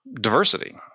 diversity